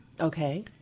Okay